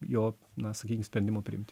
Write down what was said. jo na sakykim sprendimo priimti